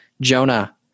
Jonah